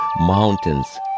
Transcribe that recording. mountains